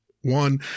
one